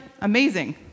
amazing